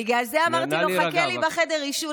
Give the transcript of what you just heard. בגלל זה אמרתי לו: חכה לי בחדר עישון,